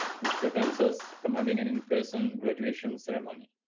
which prevents us from having an in-person graduation ceremony.